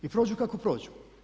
I prođu kako prođu.